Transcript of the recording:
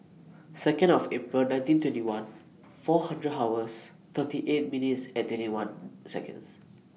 Second of April nineteen twenty one four hundred hours thirty eight minutes and twenty one Seconds